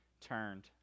turned